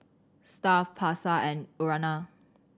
Stuff'd Pasar and Urana